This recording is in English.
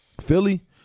Philly